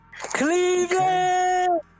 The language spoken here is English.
Cleveland